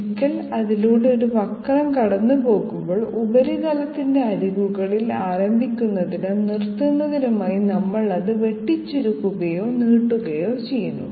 ഒരിക്കൽ അതിലൂടെ ഒരു വക്രം കടന്നുപോകുമ്പോൾ ഉപരിതലത്തിന്റെ അരികുകളിൽ ആരംഭിക്കുന്നതിനും നിർത്തുന്നതിനുമായി നമ്മൾ അത് വെട്ടിച്ചുരുക്കുകയോ നീട്ടുകയോ ചെയ്യുന്നു